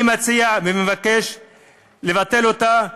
אני מציע ומבקש לבטל אותה.